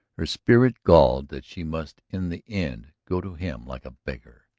her spirit galled that she must in the end go to him like a beggar,